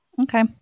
okay